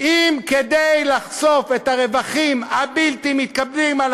-- אם כדי לחשוף את הרווחים הבלתי-מתקבלים על